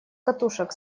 катушек